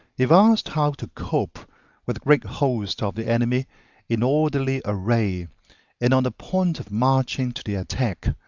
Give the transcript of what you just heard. if asked how to cope with a great host of the enemy in orderly array and on the point of marching to the attack,